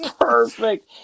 Perfect